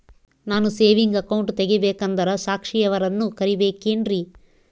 ನಾನು saving account ತೆಗಿಬೇಕಂದರ ಸಾಕ್ಷಿಯವರನ್ನು ಕರಿಬೇಕಿನ್ರಿ?